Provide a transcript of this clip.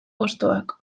hostoak